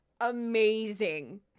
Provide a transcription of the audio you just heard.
amazing